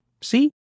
See